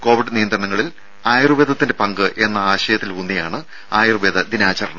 Covid നിയന്ത്രണങ്ങളിൽ ആയുർവേദത്തിന്റെ പങ്ക് എന്ന ആശയത്തിൽ ഊന്നിയാണ് ആയുർവേദ ദിനാചരണം